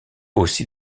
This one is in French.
aussi